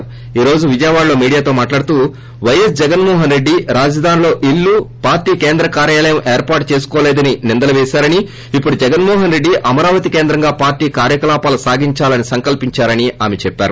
కింది రోజు విజయవాడలో మీడియాతో మాట్లాడుతూ వైఎస్ జగన్మేహన్రెడ్డి రాజధానిలో ఇల్లు పార్టీ కేంద్ర కా చేసుకోలేదని నిందలు వేశారని ఇప్పురిడు జగన్మోహన్రెడ్డి అమరావతి కేంద్రంగా పార్టీ కార్యకలాహాలు సాగించాలని సంకల్సించారని ఆమె అన్నారు